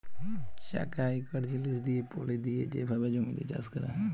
চাকা ইকট জিলিস দিঁয়ে পলি দিঁয়ে যে ভাবে জমিতে চাষ ক্যরা হয়